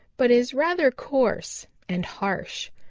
but is rather coarse and harsh.